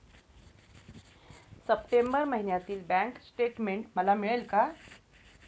September महिन्यातील bank statement मला मिळेल का?